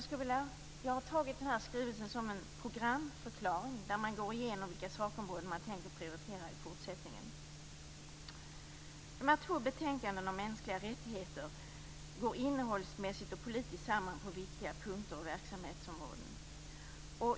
Jag har tagit den här skrivelsen som en programförklaring, där man går igenom vilka sakområden man tänker prioritera i fortsättningen. De här två betänkandena om mänskliga rättigheter sammanfaller innehållsmässigt och politiskt på viktiga punkter och verksamhetsområden.